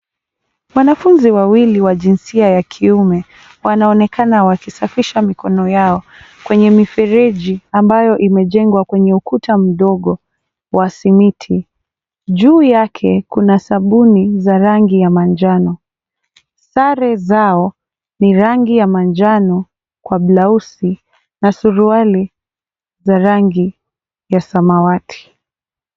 Wanafunzi wawili wa jinsia ya kiume wanaonekana wakisafisha mikono yao kwenye mifereji ambayo imejengwa kwenye ukuta mdogo wa simiti. Juu yake kuna sabuni za rangi ya manjano. Sare zao ni rangi ya manjano kwa blausi na suruali za rangi ya samawati.